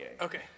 Okay